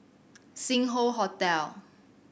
Sing Hoe Hotel